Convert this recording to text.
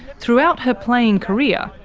throughout her playing career,